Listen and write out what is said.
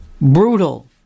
brutal